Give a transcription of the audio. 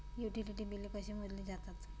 Utility बिले कशी मोजली जातात?